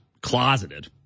closeted